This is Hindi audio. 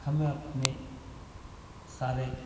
हमें अपने सारे